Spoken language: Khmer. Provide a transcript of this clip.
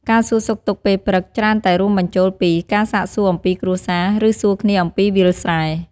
ការសួរសុខទុក្ខពេលព្រឹកច្រើនតែរួមបញ្ចូលពី ការសាកសួរអំពីគ្រួសារ ឬ សួរគ្នាអំពីវាលស្រែ។